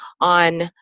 on